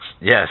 Yes